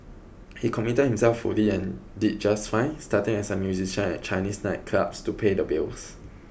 he committed himself fully and did just fine starting as a musician at Chinese nightclubs to pay the bills